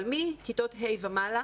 אבל מכיתות ה' ומעלה,